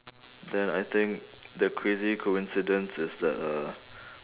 then I think the crazy coincidence is the